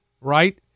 right